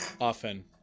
often